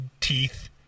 teeth